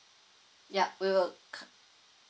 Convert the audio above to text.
yup we will